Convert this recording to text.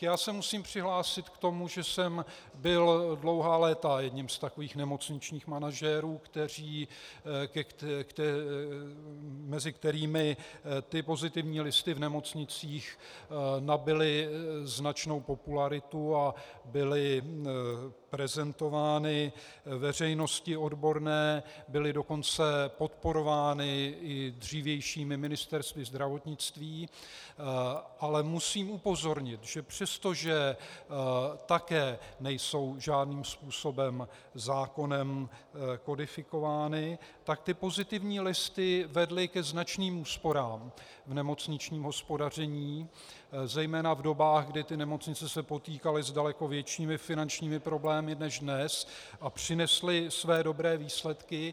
Já se musím přihlásit k tomu, že jsem byl dlouhá léta jedním z takových nemocničních manažerů, mezi kterými pozitivní listy v nemocnicích nabyly značnou popularitu a byly prezentovány odborné veřejnosti, byly dokonce podporovány i dřívějšími Ministerstvy zdravotnictví, ale musím upozornit, že přestože také nejsou žádným způsobem zákonem kodifikovány, tak pozitivní listy vedly ke značným úsporám v nemocničním hospodaření zejména v dobách, kdy nemocnice se potýkaly s daleko většími finančními problémy než dnes a přinesly své dobré výsledky.